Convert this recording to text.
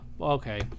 Okay